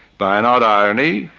by an odd irony,